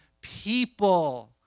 people